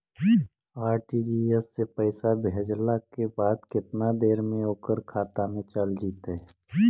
RTGS से पैसा भेजला के बाद केतना देर मे ओकर खाता मे चल जितै?